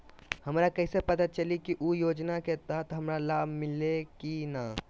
हमरा कैसे पता चली की उ योजना के तहत हमरा लाभ मिल्ले की न?